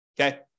okay